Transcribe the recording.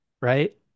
right